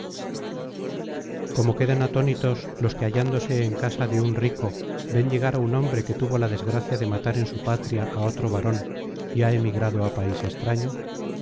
como quedan atónitos los que hallándose en la casa de un rico ven llegar á un hombre que tuvo la desgracia de matar en su patria á otro varón y ha emigrado á país extraño